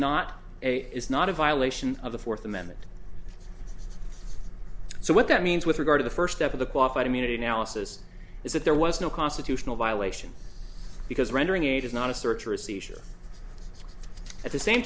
not a is not a violation of the fourth amendment so what that means with regard to the first step of the qualified immunity analysis is that there was no constitutional violation because rendering aid is not a search or a seizure at the same